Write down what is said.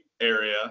area